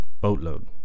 boatload